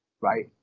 right